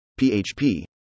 PHP